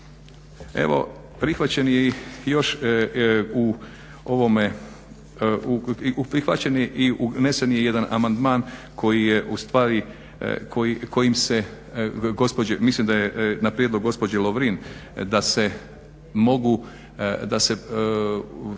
Evo prihvaćen je još u ovome, unesen jedan amandman koji je ustvari, kojim se mislim da je na prijedlog gospođe Lovrin, da se mogu da se